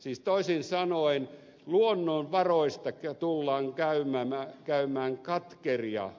siis toisin sanoen luonnonvaroista tullaan käymään katkeria